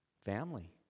family